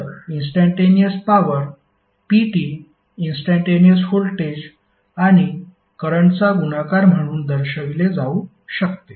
तर instantaneous power p instantaneous voltage आणि करंटचा गुणाकार म्हणून दर्शवले जाऊ शकते